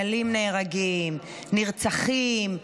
חיילים נהרגים, נרצחים,